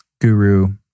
guru